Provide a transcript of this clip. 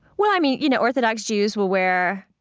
well, i mean, you know orthodox jews will wear,